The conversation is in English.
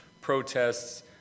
protests